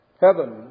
Heaven